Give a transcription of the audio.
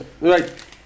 Right